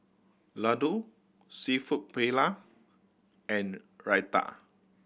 Ladoo Seafood Paella and Raita